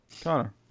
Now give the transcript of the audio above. Connor